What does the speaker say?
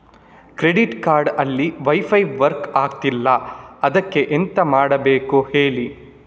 credit card ಅಲ್ಲಿ wifi work ಆಗ್ತಿಲ್ಲ ಅದ್ಕೆ ಎಂತ ಮಾಡಬೇಕು ಹೇಳಿ